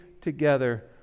together